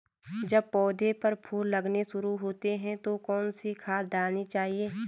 जब पौधें पर फूल लगने शुरू होते हैं तो कौन सी खाद डालनी चाहिए?